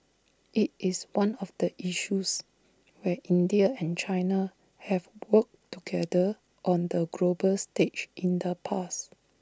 IT is one of the issues where India and China have worked together on the global stage in the past